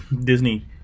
Disney